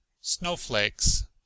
Snowflakes